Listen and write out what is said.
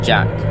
Jack